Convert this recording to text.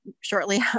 shortly